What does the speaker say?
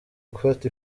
gufata